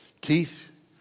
Keith